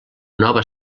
nova